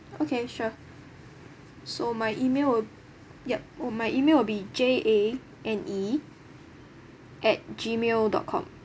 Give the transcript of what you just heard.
okay sure so my email wo~ yup oh my email will be J A N E at gmail dot com